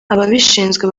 ababishinzwe